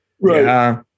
right